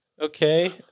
okay